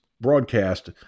broadcast